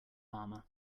farmer